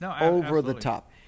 over-the-top